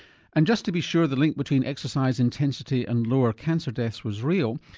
and just to be sure the link between exercise intensity and lower cancer deaths was real,